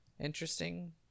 Interesting